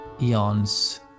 eons